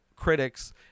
critics